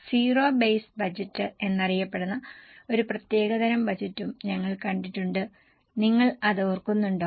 zero base budget എന്നറിയപ്പെടുന്ന ഒരു പ്രത്യേക തരം ബജറ്റും ഞങ്ങൾ കണ്ടിട്ടുണ്ട് നിങ്ങൾ അത് ഓർക്കുന്നുണ്ടോ